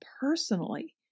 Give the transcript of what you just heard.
personally